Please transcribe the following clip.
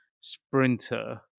sprinter